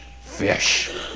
fish